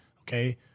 okay